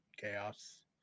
chaos